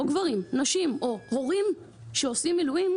לא גברים אלא נשים - או הורים שעושים מילואים,